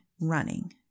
running